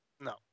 No